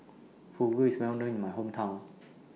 Fugu IS Well known in My Hometown